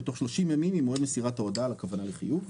בתוך 30 ימים ממועד מסירת ההודעה על הכוונה לחיוב.